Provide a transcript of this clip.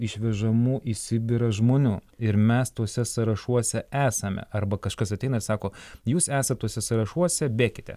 išvežamų į sibirą žmonių ir mes tuose sąrašuose esame arba kažkas ateina ir sako jūs esat tuose sąrašuose bėkite